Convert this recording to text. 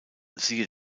siehe